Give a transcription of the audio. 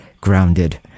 grounded